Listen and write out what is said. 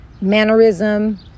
mannerism